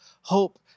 hope